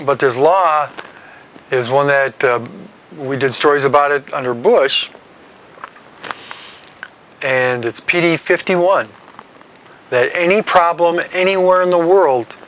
but there's law is one that we did stories about it under bush and it's pretty fifty one that any problem anywhere in the world